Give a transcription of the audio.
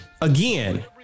Again